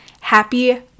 happy